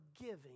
giving